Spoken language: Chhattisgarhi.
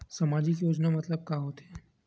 सामजिक योजना मतलब का होथे?